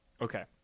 Okay